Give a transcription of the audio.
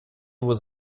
was